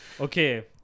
Okay